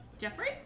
Jeffrey